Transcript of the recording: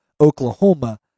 Oklahoma